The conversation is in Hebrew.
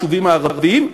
ביישובים הערביים.